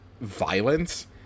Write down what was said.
violence